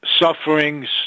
sufferings